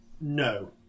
No